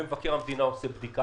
ומבקר המדינה עורך בדיקה.